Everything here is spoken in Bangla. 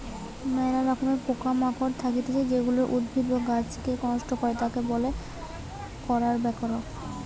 ম্যালা রকমের পোকা মাকড় থাকতিছে যেগুলা উদ্ভিদ বা গাছকে নষ্ট করে, তাকে কম করার ব্যাপার